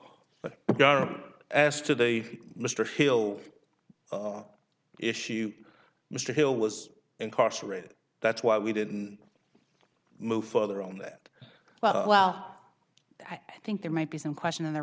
but as to the mr hill issue mr hill was incarcerated that's why we didn't move further on that well i think there might be some question in the